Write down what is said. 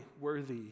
worthy